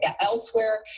elsewhere